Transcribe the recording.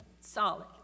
solid